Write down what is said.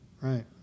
Right